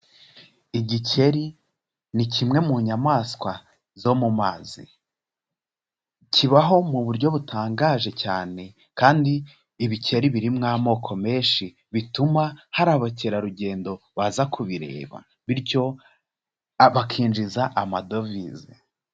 Igikeri ni kimwe mu nyamaswa zo mu mazi, kibaho mu buryo butangaje cyane kandi ibikeri birimo amoko menshi bituma hari abakerarugendo baza kubireba, bityo bakinjiza amadovize.